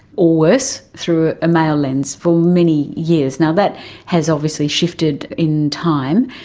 or worse, through a male lens, for many years. now, that has obviously shifted in time,